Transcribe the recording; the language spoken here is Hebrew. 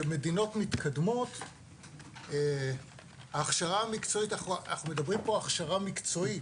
במדינות מתקדמות ההכשרה המקצועית אנחנו מדברים פה הכשרה מקצועית.